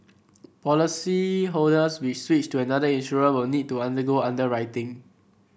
policyholders we switch to another insurer will need to undergo underwriting